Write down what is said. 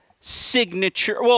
signature—